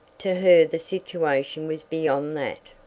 to her the situation was beyond that.